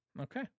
Okay